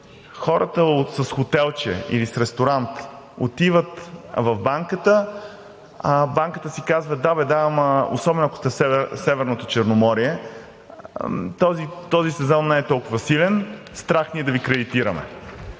Хората с хотелче или с ресторант отиват в банката, банката си казва: „Да бе, да – особено, ако сте в Северното Черноморие, - този сезон не е толкова силен, страх ни е да Ви кредитираме.“